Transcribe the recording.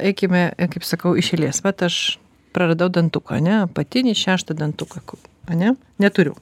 eikime kaip sakau iš eilės vat aš praradau dantuką ane apatinį šeštą dantuką ane neturiu